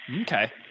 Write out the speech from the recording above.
Okay